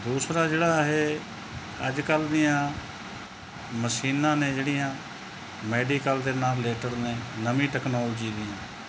ਦੂਸਰਾ ਜਿਹੜਾ ਇਹ ਅੱਜਕੱਲ੍ਹ ਦੀਆਂ ਮਸ਼ੀਨਾਂ ਨੇ ਜਿਹੜੀਆਂ ਮੈਡੀਕਲ ਦੇ ਨਾਲ ਰਿਲੇਟਡ ਨੇ ਨਵੀਂ ਟੈਕਨੋਲਜੀ ਦੀਆਂ